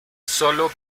solo